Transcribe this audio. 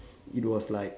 it was like